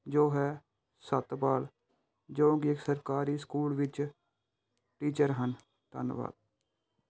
ਜੋ ਹੈ ਸੱਤਪਾਲ ਜੋ ਕਿ ਇੱਕ ਸਰਕਾਰੀ ਸਕੂਲ ਵਿੱਚ ਟੀਚਰ ਹਨ ਧੰਨਵਾਦ